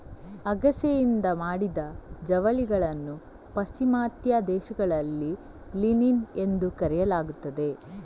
ಅಗಸೆಯಿಂದ ಮಾಡಿದ ಜವಳಿಗಳನ್ನು ಪಾಶ್ಚಿಮಾತ್ಯ ದೇಶಗಳಲ್ಲಿ ಲಿನಿನ್ ಎಂದು ಕರೆಯಲಾಗುತ್ತದೆ